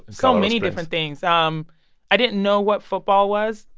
so many different things. um i didn't know what football was,